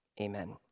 Amen